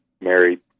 married